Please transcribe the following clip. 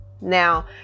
Now